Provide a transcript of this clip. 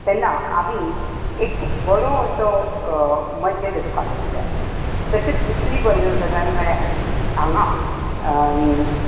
तेन्ना आमी एक बरो असो मद्य तेचो काडूंक जाय दुसरी गजाल म्हळ्यार हांगां